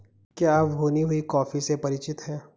क्या आप भुनी हुई कॉफी से परिचित हैं?